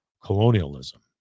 Colonialism